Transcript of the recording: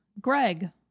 Greg